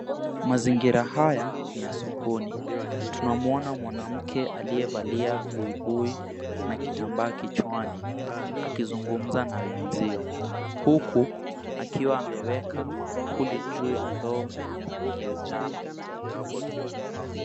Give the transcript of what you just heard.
Mazingira haya niya sokoni tunamuona mwanamke aliye valia buibui na kitambaa kichwani akizungumza na wenzio huku akiwa ameweka maankuli juu ya ndoo lenye rangi la njano.